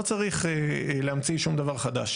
לא צריך להמציא שום דבר חדש.